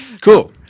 Cool